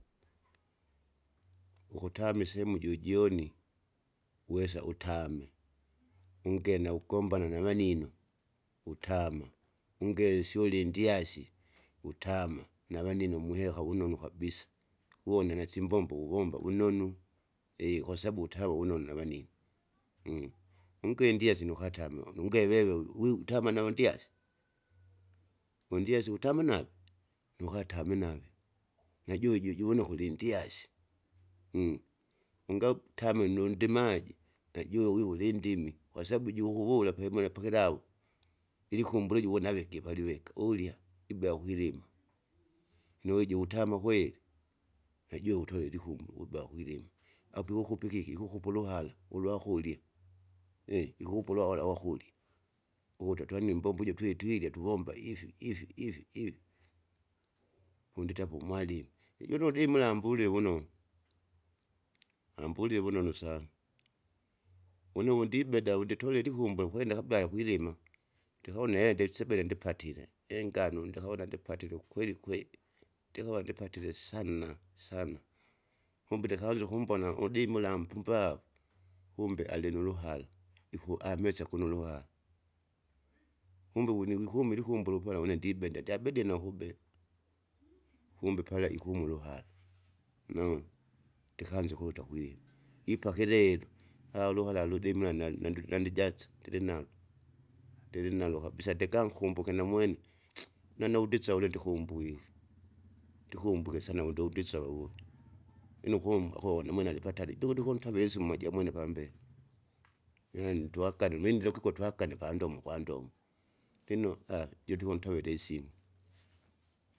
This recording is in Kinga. Ukutame isehemu jujoni, uwesa utame, ungene augombana navanino, utama ungele isyoli indyasi utama navanino mwiheka vunonu kabisa, uwone nasimbombo uwomba wunonu kwasabu utave vunonu navanino. Ungendiasi nukatame unungewewe wiutama naundyasi, undyasi ukutama navo, nukatame nave najuve jujuvoneke ulindyasi. Unga- tama nundimaji najuwe wiwe ulindimi kwasabu jukukuwula pakimuna pakilawu, ilikumbulu ili uwonawake paliveka ulya ibea kwilima. Nuweja utama kwelii, najuwe utwele likumbu wuba kwilima. Apo ikikipa ikiki ikukupa uluhara ulwakurya ikukupa ulwawala wakurya, ukuta twani imbombo imbombo ijo twitwilya tuvomba ifi ifi ifi ifi. Ponditi apa umwalimi ijune udimula ambulie vunonu vunonu, ambulie vunonu sana une vondibeda wounditole ilikumburu ukwena akabaya ukwilima, ndikawone eeh ndesebele ndipatile, engano ndikawona ndipatile kweli kweli. Ndikava ndipatile sanna sana, kumbute kaanza ukummbona udumula mpumbavu, kumbe alinuruhara ikuamesya kuno uluva. Kumbe wunuwikumili ikumbulu pala une ndibene ndyabedie nakube kumbe pala ikumu uluhara unaona? ndikanza ukuuta kwilima ipaka ilelo uruhara ludimira na- nandu- nandijasa ndilinao ndilinalo kabisa degankumbuke namwene, nanudisaule ndikumbwike, ndikumbwike sana wundundisowu, lino kumba kowone mwene alipatali duguduku ntovile isimu mojamwene pambeya. Na ntwakale ulindile ukiko twakane pandomo ugwandomo, lino jutikuntovela isimu.